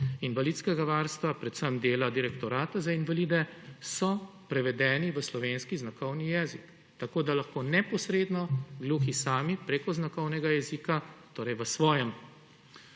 invalidskega varstva, predvsem dela Direktorata za invalide, so prevedeni v slovenski znakovni jezik, tako da lahko neposredno gluhi sami preko znakovnega jezika, torej v svoji